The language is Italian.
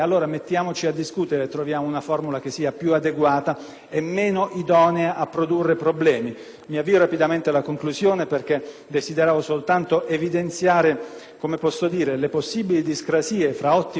Mi avvio rapidamente alla conclusione poiché desideravo soltanto evidenziare le possibili discrasie fra ottime intenzioni e concreta attuazione